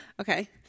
Okay